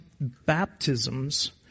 baptisms